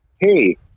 hey